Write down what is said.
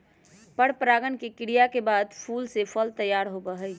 परागण के क्रिया के बाद फूल से फल तैयार होबा हई